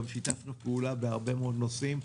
גם שיתפנו פעולה בהרבה מאוד נושאים.